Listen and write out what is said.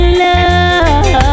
love